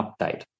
update